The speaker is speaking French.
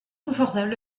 confortable